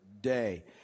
day